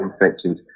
infected